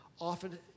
often